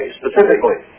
specifically